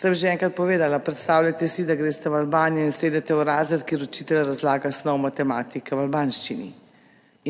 sem že povedala, predstavljajte si, da greste v Albanijo in sedete v razred, kjer učitelj razlaga snov matematike v albanščini,